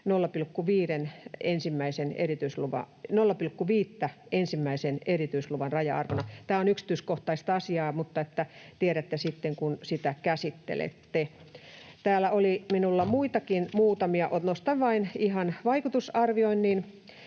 0,5:tä ensimmäisen erityisluvan raja-arvona? Tämä on yksityiskohtaista asiaa, mutta jotta tiedätte sitten, kun sitä käsittelette. Täällä oli minulla muitakin muutamia. Nostan ihan vain vaikutusarvioinnin